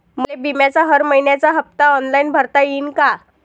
मले बिम्याचा हर मइन्याचा हप्ता ऑनलाईन भरता यीन का?